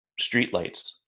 streetlights